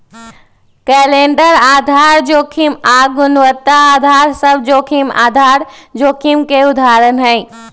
calendar आधार जोखिम आऽ गुणवत्ता अधार सभ जोखिम आधार जोखिम के उदाहरण हइ